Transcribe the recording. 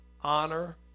honor